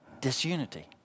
Disunity